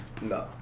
no